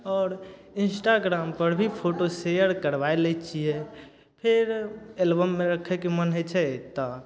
आओर इन्सटाग्रामपर भी फोटो शेयर करबाइ लै छियै फेर एलबममे रखयके मन होइ छै तऽ